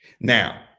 Now